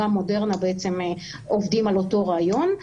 גם מודרנה עובדים על אותו רעיון.